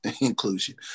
inclusion